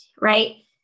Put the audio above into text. right